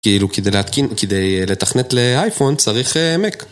כאילו כדי להתקין.. כדי לתכנת לאייפון צריך מק